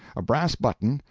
a brass button,